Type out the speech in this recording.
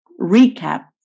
recap